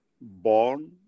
born